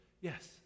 Yes